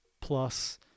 plus